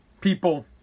people